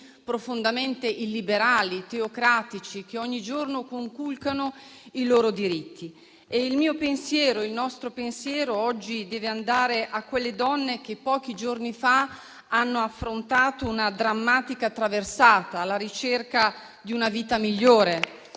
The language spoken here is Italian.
profondamente illiberali, teocratici, che ogni giorno conculcano i loro diritti. Il nostro pensiero oggi deve andare a quelle donne che pochi giorni fa hanno affrontato una drammatica traversata alla ricerca di una vita migliore